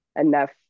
enough